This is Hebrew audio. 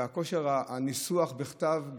וכושר הניסוח בכתב,